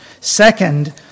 Second